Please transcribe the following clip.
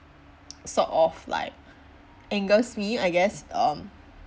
sort of like angers me I guess um